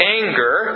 anger